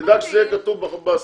נדאג שזה יהיה כתוב בסעיף.